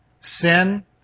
sin